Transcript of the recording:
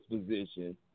position